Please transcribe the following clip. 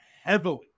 heavily